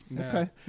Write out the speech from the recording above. Okay